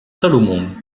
salomon